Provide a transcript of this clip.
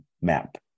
Map